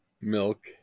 milk